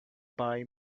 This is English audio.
buy